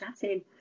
chatting